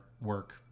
work